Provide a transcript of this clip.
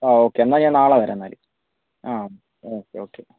ആ ഓക്കെ എന്നാൽ ഞാൻ നാളെ വരാം എന്നാൽ ആ ഓക്കെ ഓക്കെ